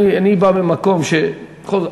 אני בא ממקום שבכל זאת,